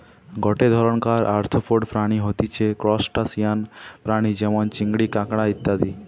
গটে ধরণকার আর্থ্রোপড প্রাণী হতিছে ত্রুসটাসিয়ান প্রাণী যেমন চিংড়ি, কাঁকড়া ইত্যাদি